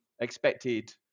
expected